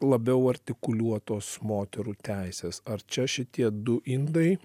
labiau artikuliuotos moterų teisės ar čia šitie du indai